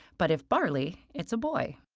but if barley, it's a boy.